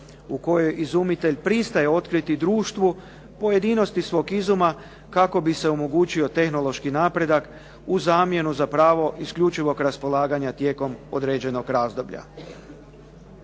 u kojoj izumitelj pristaje otkriti društvu pojedinosti svog izuma kako bi se omogućio tehnološki napredak u zamjenu za pravo isključivog raspolaganja tijekom određenog razdoblja.